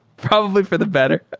probably for the better.